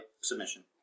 submission